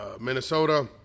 Minnesota